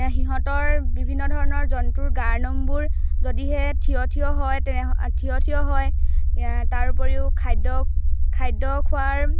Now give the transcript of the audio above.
সিহঁতৰ বিভিন্ন ধৰণৰ জন্তুৰ গাৰ নোমবোৰ যদিহে ঠিয় ঠিয় হয় তেনে ঠিয় ঠিয় হয় তাৰ উপৰিও খাদ্য খাদ্য খোৱাৰ